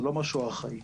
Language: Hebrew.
זה לא משהו ארכאי.